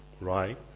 right